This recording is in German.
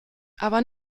aber